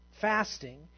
fasting